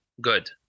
good